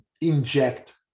inject